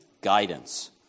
guidance